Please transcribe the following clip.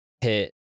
hit